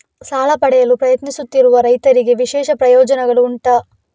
ಸಾಲ ಪಡೆಯಲು ಪ್ರಯತ್ನಿಸುತ್ತಿರುವ ರೈತರಿಗೆ ವಿಶೇಷ ಪ್ರಯೋಜನೆಗಳು ಉಂಟಾ?